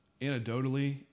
anecdotally